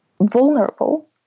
vulnerable